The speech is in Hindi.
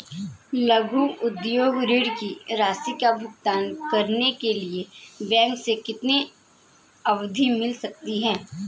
लघु उद्योग ऋण की राशि का भुगतान करने के लिए बैंक से कितनी अवधि मिल सकती है?